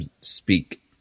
speak